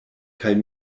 kaj